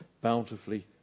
bountifully